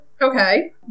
Okay